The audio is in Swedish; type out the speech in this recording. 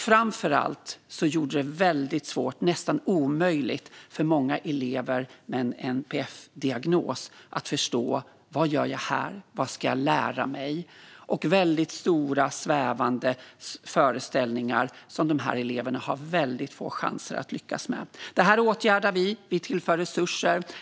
Framför allt var det väldigt svårt, ja nästan omöjligt, för många elever med en NPF-diagnos att förstå: Vad gör jag här? Vad ska jag lära mig? Det var stora och svävande föreställningar som dessa elever har väldigt små chanser att lyckas med. Detta åtgärdar vi. Vi tillför resurser.